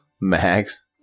Max